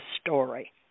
story